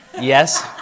Yes